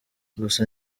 gusa